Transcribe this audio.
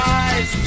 eyes